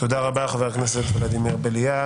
תודה רבה, חבר הכנסת ולדימיר בליאק.